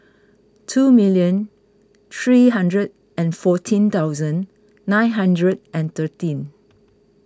two million three hundred and fourteen thousand nine hundred and thirteen